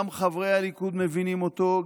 גם חברי הליכוד מבינים אותו,